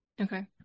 okay